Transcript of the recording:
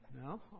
No